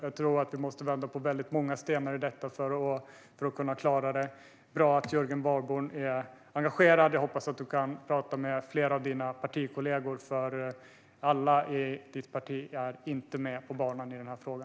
Jag tror att vi måste vända på väldigt många stenar i fråga om detta för att kunna klara det. Det är bra att Jörgen Warborn är engagerad. Jag hoppas att du kan tala med flera av dina partikollegor, eftersom alla i ditt parti inte är med på banan i denna fråga.